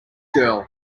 girl